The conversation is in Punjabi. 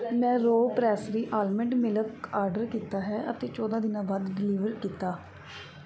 ਮੈਂ Raw Pressery almond milk order ਕੀਤਾ ਹੈ ਅਤੇ ਚੌਦਾਂ ਦਿਨਾਂ ਬਾਅਦ ਡਿਲੀਵਰ ਕੀਤਾ